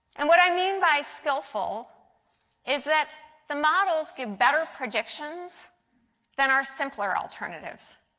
and what i mean by skillful is that the models give better predictions than our simpler alternatives.